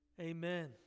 Amen